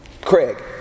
Craig